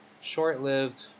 short-lived